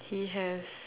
he has